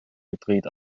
hybrid